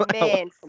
Man